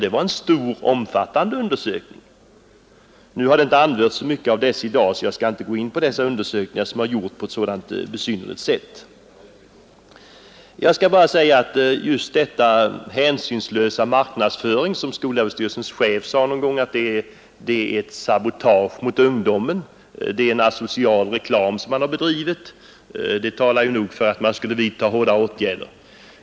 Det är således 47 procent. Jag skall inte vidare gå in på dessa undersökningar, som har gjorts på ett så besynnerligt sätt. Jag vill bara nämna att skolöverstyrelsens chef en gång kallade denna hänsynslösa marknadsföring för ett sabotage mot ungdomen. Det är en asocial reklam som har bedrivits. Det talar för att man borde vidta hårdare åtgärder.